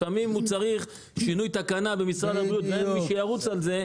לפעמים הוא צריך שינוי תקנה במשרד הבריאות ואין מי שירוץ על זה.